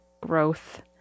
growth